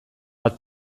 bat